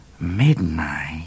Midnight